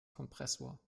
kompressor